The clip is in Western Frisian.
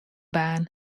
baan